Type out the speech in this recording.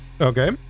Okay